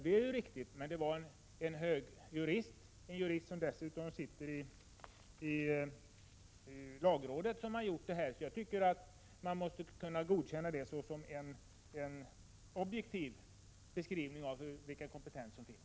Det är riktigt, men den gjordes av en hög jurist, en jurist som dessutom sitter i lagrådet, så jag tycker man måste kunna godkänna den såsom en objektiv beskrivning av vilken kompetens som finns.